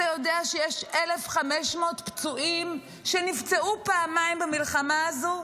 אתה יודע שיש 1,500 פצועים שנפצעו פעמיים במלחמה הזו?